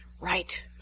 Right